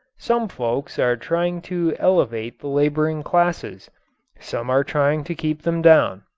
some folks are trying to elevate the laboring classes some are trying to keep them down.